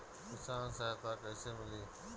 किसान सहायता कईसे मिली?